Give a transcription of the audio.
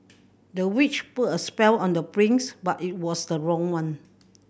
the witch put a spell on the prince but it was the wrong one